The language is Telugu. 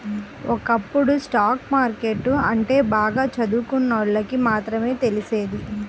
ఒకప్పుడు స్టాక్ మార్కెట్టు అంటే బాగా చదువుకున్నోళ్ళకి మాత్రమే తెలిసేది